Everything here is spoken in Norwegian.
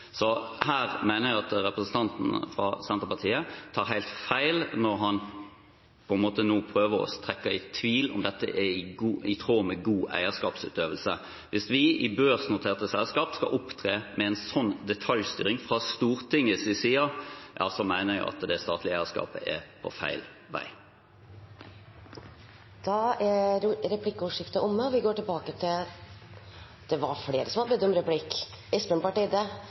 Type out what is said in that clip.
Så her mener jeg at representanten fra Senterpartiet tar helt feil når han nå på en måte prøver å trekke i tvil om dette er i tråd med god eierskapsutøvelse. Hvis vi i børsnoterte selskaper skal opptre med en slik detaljstyring fra Stortingets side, mener jeg at det statlige eierskapet er på feil vei. Jeg har en oppfølging til representanten Pollestads meget gode spørsmål og den avklaringen som